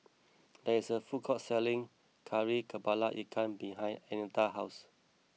there is a food court selling Kari Kepala Ikan behind Annetta's house